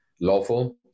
lawful